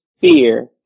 fear